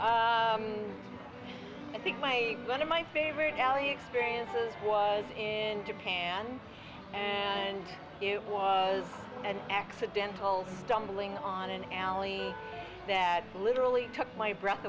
very i think my one of my favorite alley experiences was in japan and it was an accidental stumbling on an alley that literally took my breath